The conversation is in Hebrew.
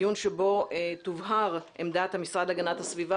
דיון שבו תובהר עמדת המשרד להגנת הסביבה